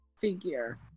Figure